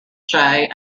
jay